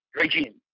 regime